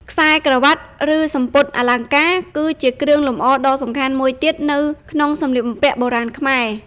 ខ្សែក្រវាត់ ឬសំពត់អលង្ការ គឺជាគ្រឿងលម្អដ៏សំខាន់មួយទៀតនៅក្នុងសម្លៀកបំពាក់បុរាណខ្មែរ។